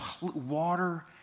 Water